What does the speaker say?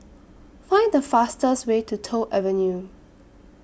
Find The fastest Way to Toh Avenue